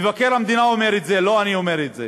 מבקר המדינה אומר את זה, לא אני אומר את זה.